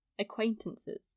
acquaintances